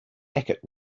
eckert